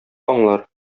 аңлар